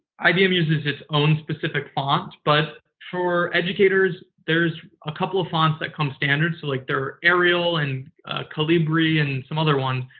ibm uses its own specific font, but for educators, there's a couple of fonts that come standard. so, like there are arial and calibri and some other ones.